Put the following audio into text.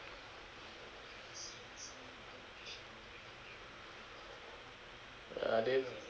ya then